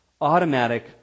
automatic